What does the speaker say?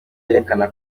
yerekana